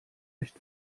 nicht